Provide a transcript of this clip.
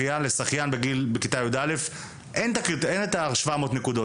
לשחיין בכיתה י"א יש את הנקודות